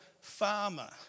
farmer